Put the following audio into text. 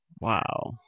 Wow